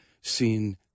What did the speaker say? seen